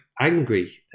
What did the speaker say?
angry